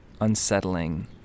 unsettling